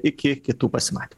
iki kitų pasimatymų